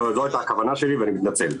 זו הייתה הכוונה שלי ואני מתנצל.